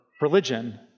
religion